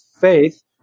faith